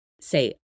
say